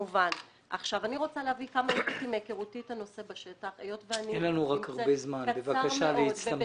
אני רוצה להביא כמה דברים מהיכרותי את הנושא בשטח וזה יהיה קצר מאוד.